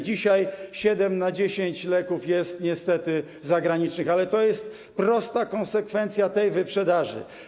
Dzisiaj siedem na dziesięć leków jest niestety zagranicznych, ale to jest prosta konsekwencja tej wyprzedaży.